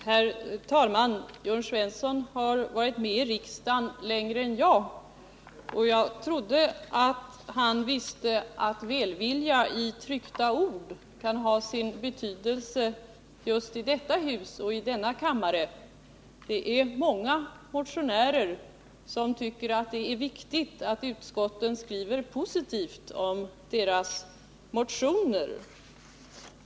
Herr talman! Jörn Svensson har varit med i riksdagen längre än jag, och jag trodde han visste att välviljan i tryckta ord kan ha sin betydelse just i detta hus och i denna kammare. Det är många motionärer som tycker det är viktigt att utskotten skriver positivt om deras motioner.